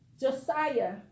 Josiah